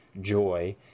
joy